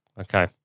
Okay